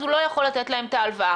אז הוא לא יכול לתת להם את ההלוואה.